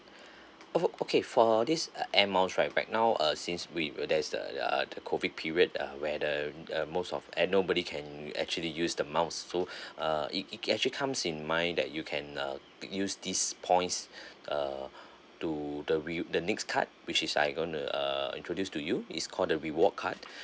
oh okay for this air miles right right now uh since we w~ there's uh uh the COVID period uh where the err uh most of eh nobody can actually use the miles so uh it it actually comes in mind that you can uh could use these points uh to the re~ the next card which is I gonna uh introduce to you is called the reward card